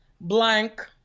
blank